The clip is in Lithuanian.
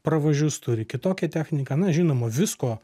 pravažius turi kitokią techniką na žinoma visko